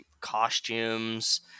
costumes